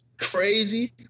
Crazy